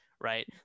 right